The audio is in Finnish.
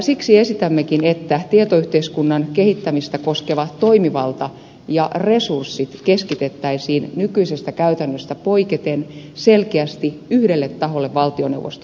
siksi esitämmekin että tietoyhteiskunnan kehittämistä koskeva toimivalta ja resurssit keskitettäisiin nykyisestä käytännöstä poiketen selkeästi yhdelle taholle valtioneuvostossa